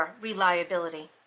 reliability